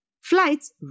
Flights